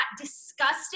disgusting